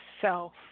self